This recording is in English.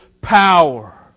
power